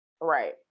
Right